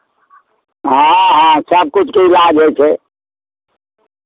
हँ हँ सभ किछुके इलाज होइ छै